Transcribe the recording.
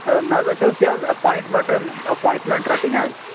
نہ حظ اَسہِ أسۍ یہِ حظ ایپاینٛٹمینٛٹَن ایپایِنٛٹمینٛٹ رَٹٕنۍ حظ